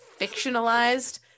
fictionalized